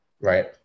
right